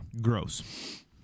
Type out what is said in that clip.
Gross